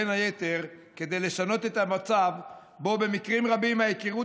בין היתר כדי לשנות את המצב שבו במקרים רבים ההיכרות